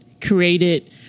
created